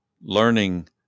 learning